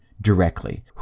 directly